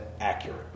accurate